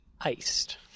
iced